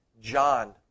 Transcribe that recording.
John